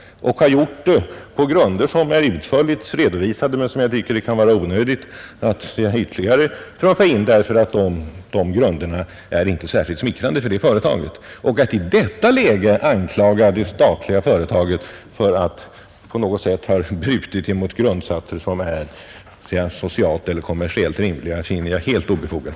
Man har gjort det på grunder som är utförligt redovisade men som jag tycker att det kan vara onödigt att sedan ytterligare trumfa in, eftersom de icke är särskilt smickrande för det senare företaget. Att i detta läge anklaga det statliga företaget för att på något sätt ha brutit mot grundsatser som är socialt eller kommersiellt rimliga finner jag helt obefogat.